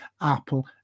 Apple